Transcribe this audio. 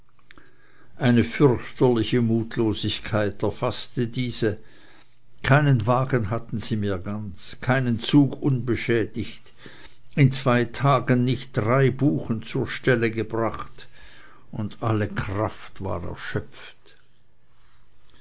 eine fürchterliche mutlosigkeit erfaßte diese keinen wagen hatten sie mehr ganz keinen zug unbeschädigt in zwei tagen nicht drei buchen zur stelle gebracht und alle kraft war erschöpft